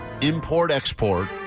import-export